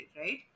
right